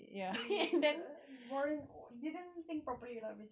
gila weren't didn't think properly lah basically